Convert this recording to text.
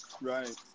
Right